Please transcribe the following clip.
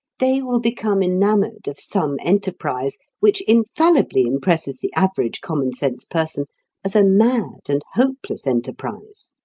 they will become enamoured of some enterprise which infallibly impresses the average common-sense person as a mad and hopeless enterprise.